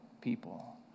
people